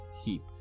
heap